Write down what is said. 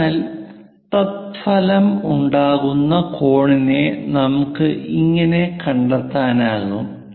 അതിനാൽ തത്ഫലമായുണ്ടാകുന്ന കോണിനെ നമുക്ക് ഇങ്ങനെ കണ്ടെത്താനാകും